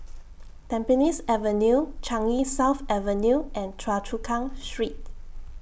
Tampines Avenue Changi South Avenue and Choa Chu Kang Street